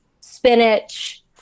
spinach